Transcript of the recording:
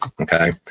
Okay